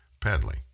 peddling